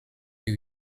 new